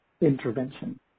intervention